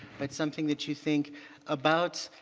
but something that you think about